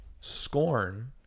Scorn